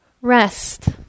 Rest